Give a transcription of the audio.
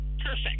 perfect